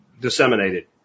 disseminated